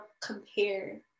compare